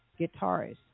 guitarist